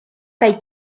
kaj